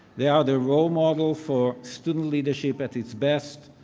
they are the role model for student leadership at its best.